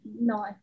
no